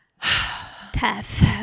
Tough